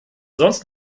sonst